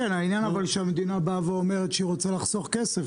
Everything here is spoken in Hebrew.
אבל המדינה אומרת שהיא רוצה לחסוך כסף.